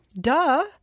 Duh